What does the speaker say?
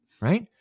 right